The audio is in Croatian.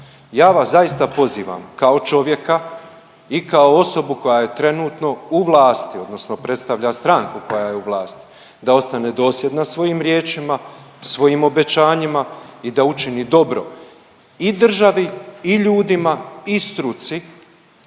Ja vas zaista pozivam kao čovjeka i kao osobu koja je trenutno u vlasti odnosno predstavlja stranku koja je u vlasti, da ostane dosljedna svojim riječima, svojim obećanjima i da učini dobro i državi i ljudima i struci